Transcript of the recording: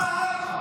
מה הלאה?